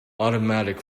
automatic